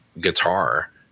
guitar